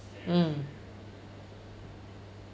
mm